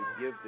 give